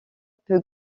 peut